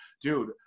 dude